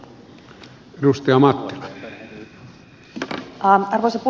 arvoisa puhemies